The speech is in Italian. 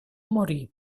morì